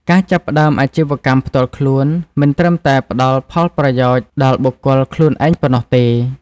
ការចាប់ផ្តើមអាជីវកម្មផ្ទាល់ខ្លួនមិនត្រឹមតែផ្តល់ផលប្រយោជន៍ដល់បុគ្គលខ្លួនឯងប៉ុណ្ណោះទេ។